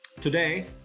Today